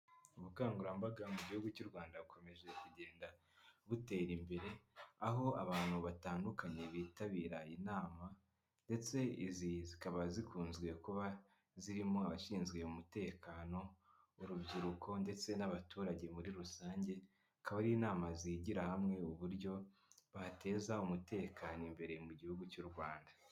Ubukangurambaga mu gihugu cy'u Rwanda bukomeje kugenda butera imbere, aho abantu batandukanye bitabira inama ndetse zikaba zikunze kuba zirimo abashinzwe umutekano w'urubyiruko ndetse n'abaturage muri rusange, akaba ari inama zigira hamwe uburyo bateza umutekano imbere mu gihugu cy'u Rwanda.